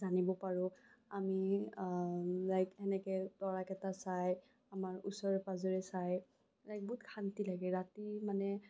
জানিব পাৰোঁ আমি লাইক এনেকে তৰাকেইটা চাই আমাৰ ওচৰে পাজৰে চাই লাইক বহুত শান্তি লাগে ৰাতি মানে